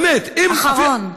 אחרון.